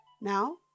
Now